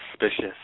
suspicious